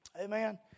Amen